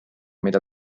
mida